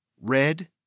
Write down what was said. Red